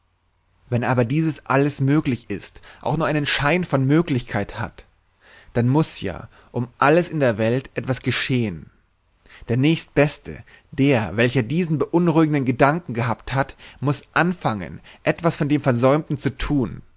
wenn aber dieses alles möglich ist auch nur einen schein von möglichkeit hat dann muß ja um alles in der welt etwas geschehen der nächstbeste der welcher diesen beunruhigenden gedanken gehabt hat muß anfangen etwas von dem versäumten zu tun